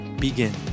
begin